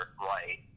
right